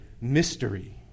mystery